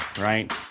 right